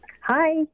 hi